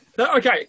Okay